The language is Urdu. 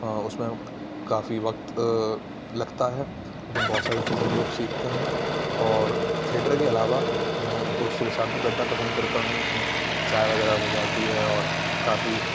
اُس میں کافی وقت لگتا ہے اُس میں بہت ساری چیزیں ہم لوگ سیکھتے ہیں اور تھیئٹر کے علاوہ میں دوستوں کے ساتھ بھی بیٹھنا پسند کرتا ہوں اُس میں چائے وغیرہ ہو جاتی ہے اور کافی